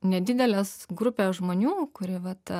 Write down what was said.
nedidelės grupės žmonių kurie vat